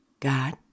God